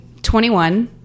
21